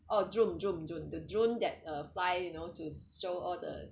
oh drone drone drone the drone that uh fly you know to show all the